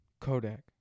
Kodak